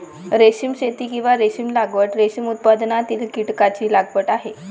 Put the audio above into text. रेशीम शेती, किंवा रेशीम लागवड, रेशीम उत्पादनातील कीटकांची लागवड आहे